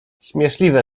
śmieszliwe